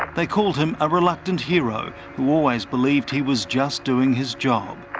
they called him a reluctant hero to always believed he was just doing his job.